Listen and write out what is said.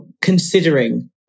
considering